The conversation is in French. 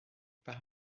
par